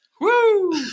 Woo